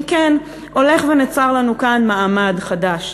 אם כן, הולך ונוצר לנו כאן מעמד חדש.